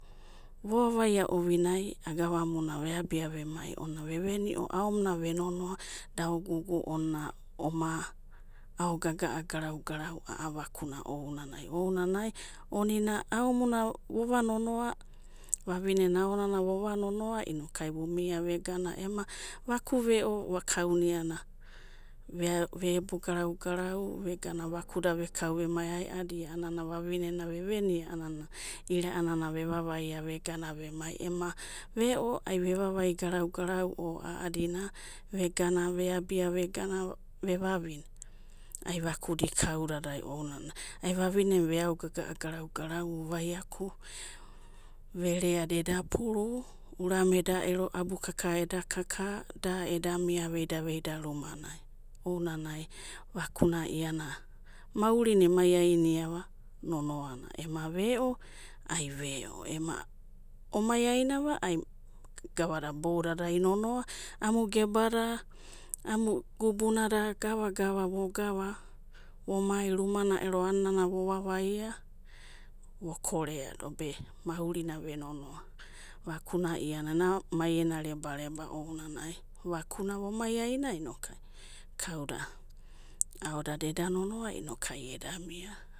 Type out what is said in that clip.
Vavavai'a ovinai agavamuna veabia ve mai aina aomuna ve nonoa, da ogugu mina oma ao'gagaa' garau'garau, a'a vakuna ounanai, ounanai, omina nomuna vova nonoa, vavinena aonana vova nonoa, inokuai vumia vaga ema vaku'ue'o, auna iana ve'ebo garau'garau vegana vakuda vekau vemai aeadi a'anana vavine vevenia a'anana ira'anana vevanaia vegana eveabia vegara vevavine ai vakuda ikaudadai ounana, ai vavinena ve ao gaga'a garau'garau, vaiaku vereada eda puru, urameda ero ai abukaka eda kaka, da eda mia veida veida rumanai ounanai vakuna iana maurina emaiairiava ema ve'o ai ve'o, ema omaiainava a'anana gavada ibaidada nonoa, amu gebada amu gubunada, gava gava vogava, vomai rumana ero aninana vova'vaia vokoreado be maurina venonoa, vakura mai ena reba'reba ana ounanai, vakuna vomaiaina inokuai kauda aodada eda nonoa inokuai eda mia.